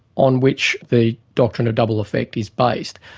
on which the doctrine of double effect is based,